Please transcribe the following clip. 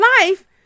life